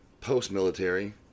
post-military